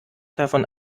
davon